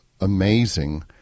amazing